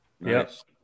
Yes